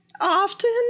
often